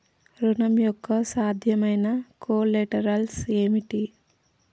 ఋణం యొక్క సాధ్యమైన కొలేటరల్స్ ఏమిటి?